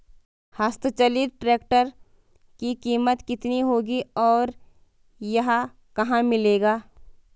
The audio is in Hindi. हस्त चलित ट्रैक्टर की कीमत कितनी होगी और यह कहाँ मिलेगा?